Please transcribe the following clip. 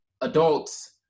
adults